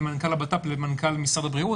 בין מנכ"ל הבט"פ למנכ"ל משרד הבריאות,